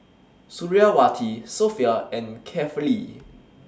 Suriawati Sofea and Kefli